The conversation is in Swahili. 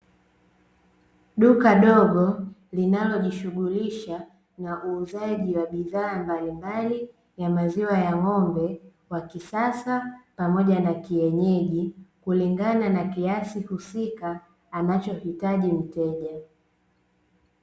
Duka dogo linalojishughulisha na uuzaji wa bidhaa mbalimbali ya maziwa ya ng'ombe wa kisasa pamoja na kienyeji kulingana na kiasi husika anachohitaji mteja .